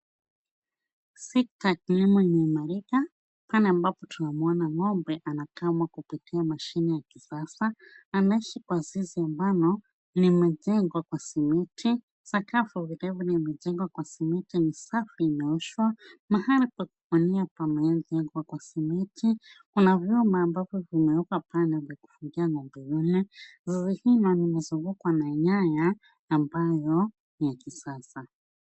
Sekta ya kilimo imeimarika pale ambapo tunamwona ng'ombe anakamwa kupitia mashine hii ya kisasa. Anaishi kwa zizi ambalo limejengwa kwa simiti. Sakafu vile vile imejengwa kwa simiti, ni safi imeoshwa. Mahali pa kuwania pamewekwa kwa simiti. Kuna vyuma ambavyo vimewekwa pale kuzungukia zizi hilo. Zizi hilo limezungukwa na nyaya ambazo ni za kisasa.